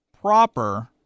proper